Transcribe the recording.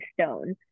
stone